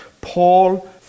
Paul